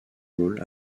gaulle